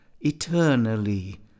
eternally